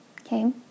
Okay